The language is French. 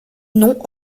n’ont